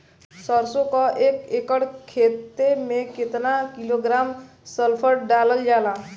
सरसों क एक एकड़ खेते में केतना किलोग्राम सल्फर डालल जाला?